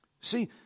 See